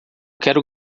quero